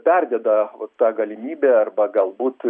perdeda o ta galimybė arba galbūt